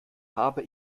habe